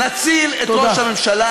נציל את ראש הממשלה